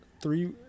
three